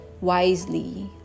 wisely